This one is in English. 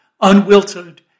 unwilted